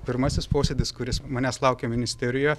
pirmasis posėdis kuris manęs laukia ministerijo